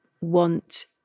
want